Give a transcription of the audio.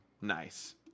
nice